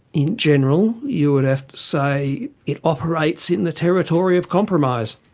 in general, you would have to say it operates in the territory of compromise.